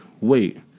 Wait